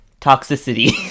toxicity